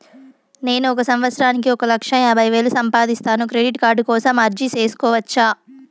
నేను ఒక సంవత్సరానికి ఒక లక్ష యాభై వేలు సంపాదిస్తాను, క్రెడిట్ కార్డు కోసం అర్జీ సేసుకోవచ్చా?